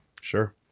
Sure